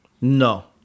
No